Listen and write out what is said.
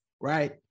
Right